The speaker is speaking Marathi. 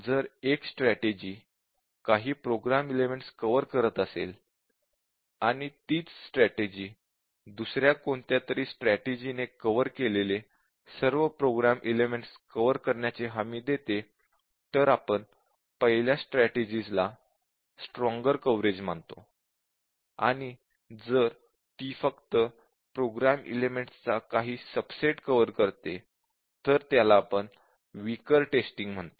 जर एक स्ट्रॅटेजि काही प्रोग्राम एलिमेंटस कव्हर करत असेल आणि तीच स्ट्रॅटेजि दुसऱ्या कोणत्या तरी स्ट्रॅटेजि ने कव्हर केलेले सर्व प्रोग्राम एलिमेंटस कव्हर करण्याची हमी देते तर आपण पहिल्या स्ट्रॅटेजि ला हे स्ट्रॉन्गर कव्हरेज मानतो आणि जर ती फक्त प्रोग्राम एलिमेंटस चा काही सबसेट कव्हर करते तर त्याला आपण वीकर टेस्टिंग म्हणतो